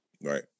Right